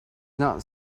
not